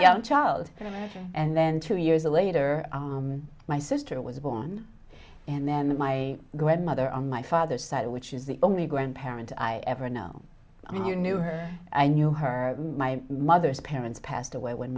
young child and then two years later my sister was born and then my grandmother on my father's side which is the only grandparent i ever know i knew knew her i knew her my mother's parents passed away when